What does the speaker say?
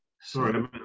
Sorry